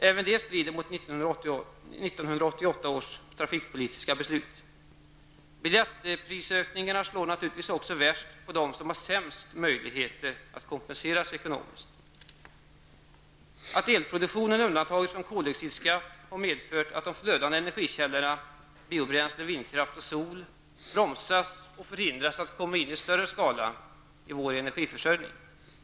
Även detta strider mot 1988 års trafikpolitiska beslut. Biljettprisökningarna slår naturligtvis också hårdast mot dem som har sämst möjligheter att kompensera sig ekonomiskt. Att elproduktionen undantagits från koldioxidskatt har medfört att de flödande energikällorna -- biobränslen, vindkraft och sol -- bromsas och förhindras att komma in i större skala i vår energiförsörjning.